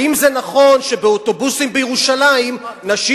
האם זה נכון שבאוטובוסים בירושלים נשים